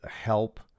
help